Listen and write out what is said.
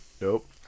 Nope